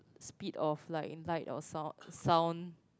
speed of light in light or sound sound